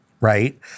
right